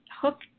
Hook